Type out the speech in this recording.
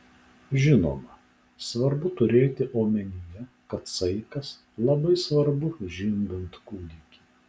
žinoma svarbu turėti omenyje kad saikas labai svarbu žindant kūdikį